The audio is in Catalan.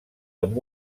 amb